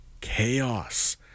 chaos